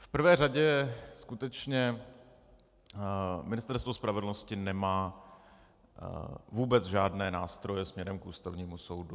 V prvé řadě skutečně Ministerstvo spravedlnosti nemá vůbec žádné nástroje směrem k Ústavnímu soudu.